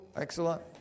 excellent